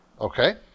Okay